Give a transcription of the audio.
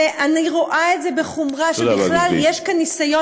ואני רואה את זה בחומרה שבכלל יש כאן ניסיון,